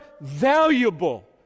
valuable